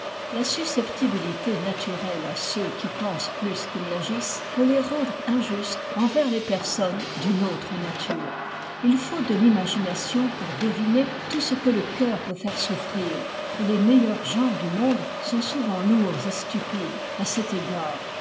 la susceptibilité naturelle à ceux qui pensent plus qu'ils n'agissent peut les rendre injustes envers les personnes d'une autre nature il faut de l'imagination pour deviner tout ce que le cœur peut faire souffrir et les meilleures gens du monde sont souvent lourds et stupides à cet égard